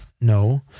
No